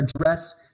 address